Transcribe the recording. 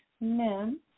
men